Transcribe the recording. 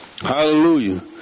Hallelujah